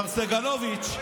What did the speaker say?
מר סגלוביץ',